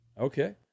Okay